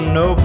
no